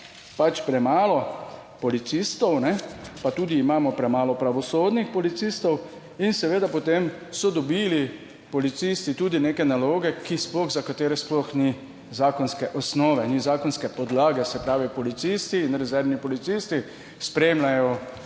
pač premalo policistov, pa tudi, imamo premalo pravosodnih policistov in seveda potem so dobili policisti tudi neke naloge, ki sploh, za katere sploh ni zakonske osnove, ni zakonske podlage, se pravi policisti in rezervni policisti spremljajo